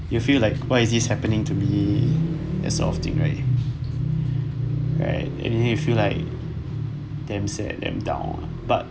you feel like why is this happening to me that sort of thing right right and then you feel like damn sad and damn down but